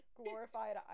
glorified